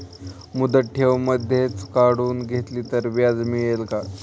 मुदत ठेव मधेच काढून घेतली तर व्याज मिळते का?